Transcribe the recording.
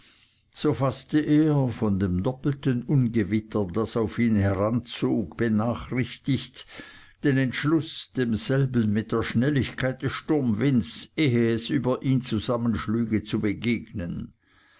so faßte er von dem doppelten ungewitter das auf ihn heranzog benachrichtigt den entschluß demselben mit der schnelligkeit des sturmwinds ehe es über ihn zusammenschlüge zu begegnen